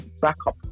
backup